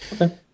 okay